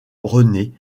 renée